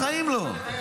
בחיים לא.